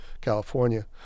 California